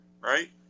right